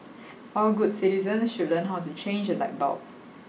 all good citizens should learn how to change a light bulb